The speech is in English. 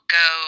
go